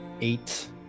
eight